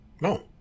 No